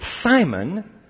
Simon